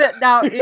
now